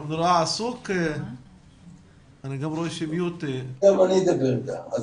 היה לי מאוד חשוב לדבר בהקשר לכמה דברים שנאמרו כאן,